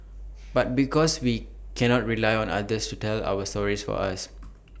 but because we cannot rely on others to tell our stories for us